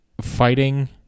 fighting